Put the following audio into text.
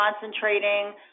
concentrating